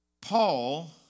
Paul